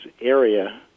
area